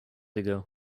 ago